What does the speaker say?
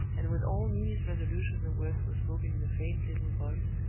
and with all neelie's resolution the words were spoken in a faint little voice,